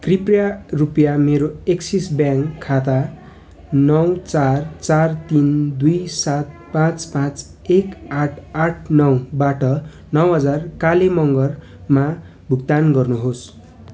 कृपया रुपियाँ मेरो एक्सिस ब्याङ्क खाता नौ चार चार तिन दुई सात पाँच पाँच एक आठ आठ नौबाट नौ हजार काले मगरमा भुक्तान गर्नु होस्